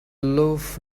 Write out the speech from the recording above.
loaf